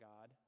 God